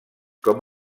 com